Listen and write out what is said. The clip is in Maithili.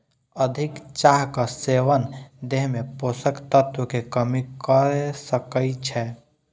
अधिक चाहक सेवन देह में पोषक तत्व के कमी कय सकै छै